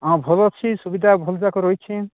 ହଁ ଭଲ ଅଛି ସୁବିଧା ଭଲ ଯାକ ରହିଛି